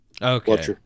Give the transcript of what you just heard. Okay